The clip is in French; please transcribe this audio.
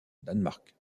danemark